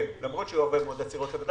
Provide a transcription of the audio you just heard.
למרות שהיו הרבה מאוד עצירות של העבודה